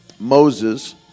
Moses